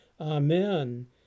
Amen